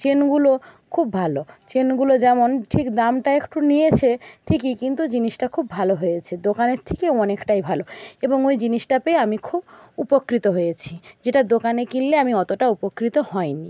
চেনগুলো খুব ভালো চেনগুলো যেমন ঠিক দামটা একটু নিয়েছে ঠিকই কিন্তু জিনিসটা খুব ভালো হয়েছে দোকানের থেকে অনেকটাই ভালো এবং ওই জিনিসটা পেয়ে আমি খুব উপকৃত হয়েছি যেটা দোকানে কিনলে আমি অতটা উপকৃত হয়নি